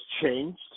changed